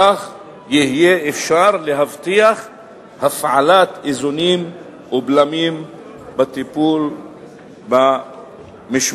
כך יהיה אפשר להבטיח הפעלת איזונים ובלמים בטיפול במשמעת.